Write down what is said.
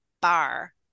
bar